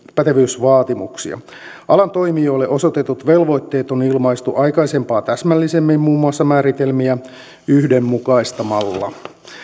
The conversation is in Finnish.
pätevyysvaatimuksia alan toimijoille osoitetut velvoitteet on ilmaistu aikaisempaa täsmällisemmin muun muassa määritelmiä yhdenmukaistamalla